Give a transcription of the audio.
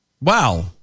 Wow